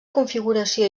configuració